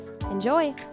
Enjoy